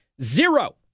Zero